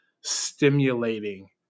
stimulating